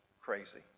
crazy